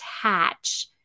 attach